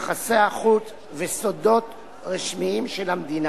יחסי החוץ וסודות רשמיים של המדינה.